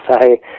say